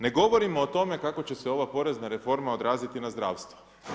Ne govorimo o tome kako će se porezna reforma odraziti na zdravstvo.